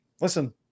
listen